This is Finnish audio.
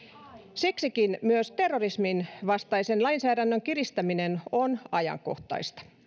siksikin myös terrorismin vastaisen lainsäädännön kiristäminen on ajankohtaista